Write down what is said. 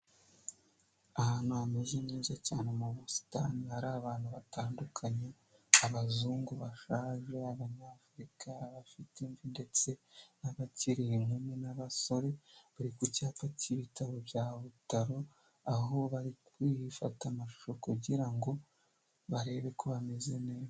Ahantu hameze neza cyane mu busitani hari abantu batandukanye abazungu bashaje, abanyafurika bafite imvi ndetse n'abakiri inkumi n'abasore bari ku cyapa cy'ibitaro bya butaro aho bari kwifata amashusho kugira ngo barebe ko bameze neza.